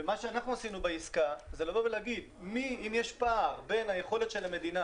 אנחנו בעסקה אמרנו שאם יש פער בין היכולת של המדינה,